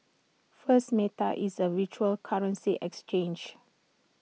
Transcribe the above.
first meta is A virtual currency exchange